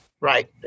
Right